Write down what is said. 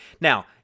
Now